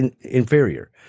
inferior